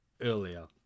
earlier